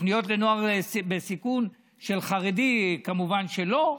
לתוכניות לנוער חרדי בסיכון, כמובן שלא,